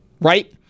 right